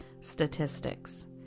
statistics